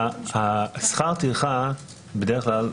שכר הטרחה בדרך כלל,